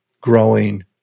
growing